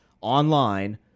online